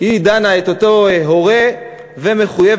דנה את אותו הורה והוא מחויב,